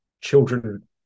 children